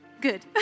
good